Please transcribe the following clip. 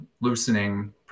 loosening